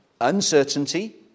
Uncertainty